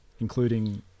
including